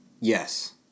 Yes